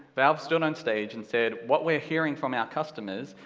valve stood on stage and said, what we're hearing from our customers,